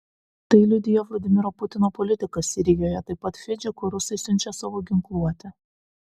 tai liudija vladimiro putino politika sirijoje taip pat fidži kur rusai siunčia savo ginkluotę